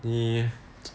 你